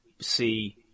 see